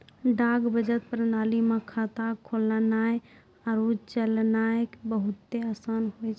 डाक बचत प्रणाली मे खाता खोलनाय आरु चलैनाय बहुते असान होय छै